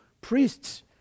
priests